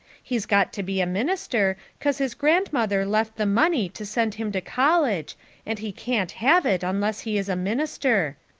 he's got to be a minister cause his grandmother left the money to send him to college and he can't have it unless he is a minister.